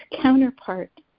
counterpart